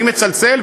אני מצלצל,